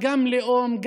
לאום,